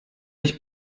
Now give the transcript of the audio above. ich